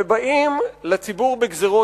ובאים לציבור בגזירות,